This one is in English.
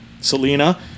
Selena